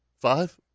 Five